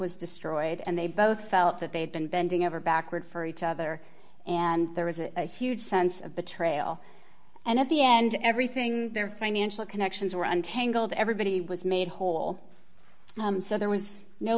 was destroyed and they both felt that they had been bending over backwards for each other and there was a huge sense of betrayal and at the end everything their financial connections were untangled everybody was made whole so there was no